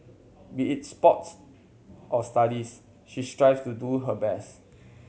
be it sports or studies she strives to do her best